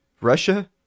Russia